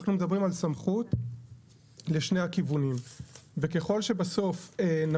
אנחנו מדברים על סמכות לשני הכיוונים וככל שבסוף.